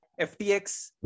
FTX